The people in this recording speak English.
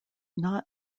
not